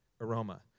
aroma